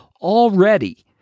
already